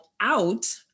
out